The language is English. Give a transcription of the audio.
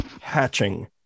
Hatching